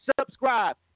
subscribe